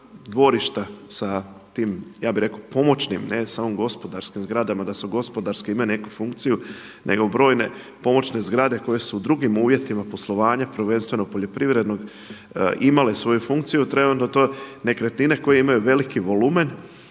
dvorišta sa tim ja bih rekao pomoćnim a ne samo gospodarskim zgradama, da su gospodarske imaju neku funkciju nego brojne pomoćne zgrade koje su u drugim uvjetima poslovanja prvenstveno poljoprivrednog imale svoju funkciju trenutno to nekretnine koje imaju veliki volumen,